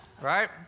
Right